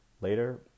Later